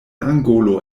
angolo